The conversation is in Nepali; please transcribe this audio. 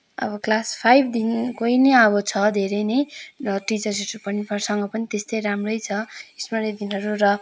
अब क्लास फाइभदेखिको नै अब छ धेरै नै र टिचर्सहरूसँग पनि त्यस्तै राम्रै छ स्मरणीय दिनहरू र